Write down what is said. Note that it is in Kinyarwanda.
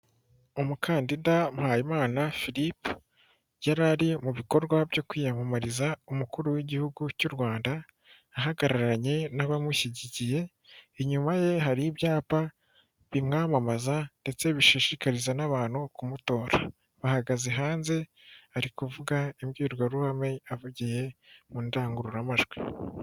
Umukandida Muhayimana Philippe yari ari mu bikorwa byo kwiyamamariza umukuru w'igihugu cy'u Rwanda ahagararanye n'abamushyigikiye inyuma ye hari ibyapa bimwamamaza ndetse bishishikariza n'abantu kumutora, bahagaze hanze arikuvuga imbwirwaruhame avugiye mu ndangururamajwi.